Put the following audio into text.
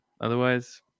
Otherwise